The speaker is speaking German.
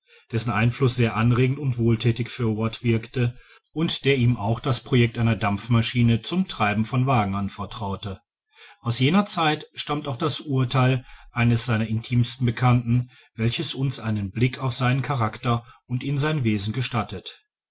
dessen einfluß sehr anregend und wohlthätig für watt wirkte und der ihm auch das projekt einer dampfmaschine zum treiben von wagen anvertraute aus jener zeit stammt auch das urtheil eines seiner intimsten bekannten welches uns einen blick auf seinen charakter und in sein wesen gestattet